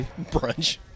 Brunch